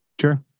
sure